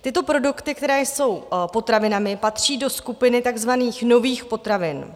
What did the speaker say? Tyto produkty, které jsou potravinami, patří do skupiny takzvaných nových potravin.